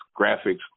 graphics